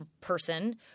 person